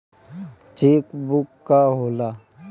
Check book का होला?